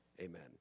Amen